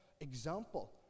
example